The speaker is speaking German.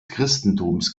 christentums